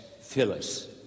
Phyllis